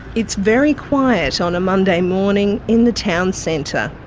it's very quiet on a monday morning in the town centre.